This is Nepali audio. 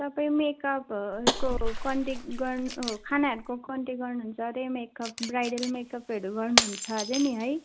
तपाईँ मेकअप को कन्ट्याक्ट गर्नु खानाहरूको कन्ट्याक्ट गर्नुहुन्छ रे मेकअप ब्राइडल मेकअपहरू गर्नु हुन्छ अरे नि है